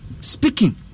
speaking